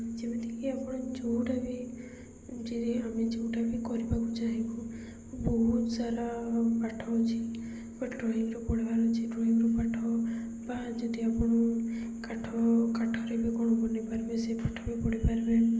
ଯେମିତିକି ଆପଣ ଯେଉଁଟା ବି ଯଦି ଆମେ ଯେଉଁଟା ବି କରିବାକୁ ଚାହିଁବୁ ବହୁତ ସାରା ପାଠ ଅଛି ବଟ୍ ଡ୍ରଇଂ ରୁମ୍ ପଢ଼ିବାର ଅଛି ଡ୍ରଇଂ ରୁମ୍ ପାଠ ବା ଯଦି ଆପଣ କାଠ କାଠରେ ବି କ'ଣ ବନେଇ ପାରିବେ ସେ ପାଠ ବି ପଢ଼ି ପାରିବେ